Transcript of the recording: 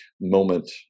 moment